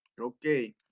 Okay